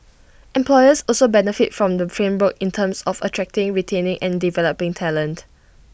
employers also benefit from the framework in terms of attracting retaining and developing talent